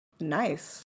Nice